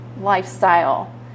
lifestyle